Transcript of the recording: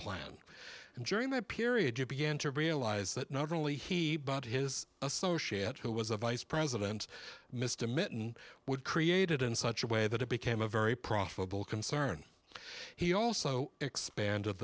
plan and during that period you began to realize that not only he bought his associate who was a vice president mr mytton would created in such a way that it became a very profitable concern he also expanded